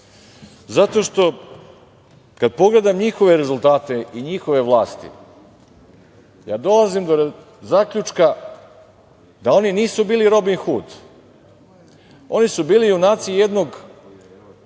zato što kad pogledam njihove rezultate i njihove vlasti ja dolazim do zaključka da oni nisu bili Robin Hud. Oni su bili junaci jednog